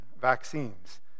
vaccines